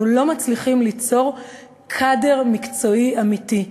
לא מצליחים ליצור קאדר מקצועי אמיתי,